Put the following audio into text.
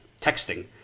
texting